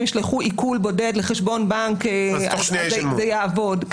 ישלחו עיקול בודד לחשבון בנק אז זה יעבוד.